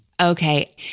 Okay